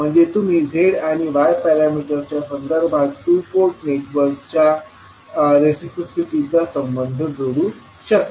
म्हणजे तुम्ही Z आणि Y पॅरामीटर्सच्या संदर्भात टू पोर्ट नेटवर्कच्या रिसिप्रोसिटी चा संबंध जोडू शकता